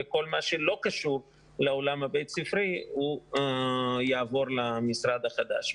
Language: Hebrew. וכל מה שלא קשור לעולם הבית ספרי יעבור למשרד החדש.